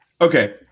Okay